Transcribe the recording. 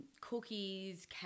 cookies